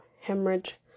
Hemorrhage